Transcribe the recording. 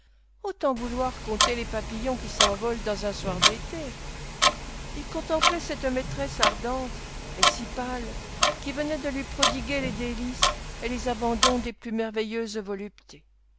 autant vouloir compter les papillons qui s'envolent dans un soir d'été il contemplait cette maîtresse ardente et si pâle qui venait de lui prodiguer les délices et les abandons des plus merveilleuses voluptés